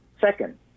Second